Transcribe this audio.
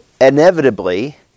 inevitably